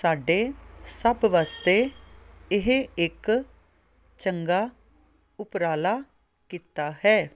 ਸਾਡੇ ਸਭ ਵਾਸਤੇ ਇਹ ਇੱਕ ਚੰਗਾ ਉਪਰਾਲਾ ਕੀਤਾ ਹੈ